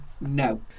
No